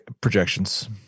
projections